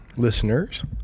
listeners